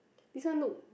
this one look